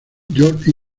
george